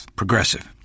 progressive